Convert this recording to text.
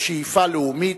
בשאיפה לאומית,